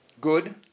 good